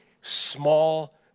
small